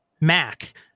MAC